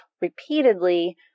repeatedly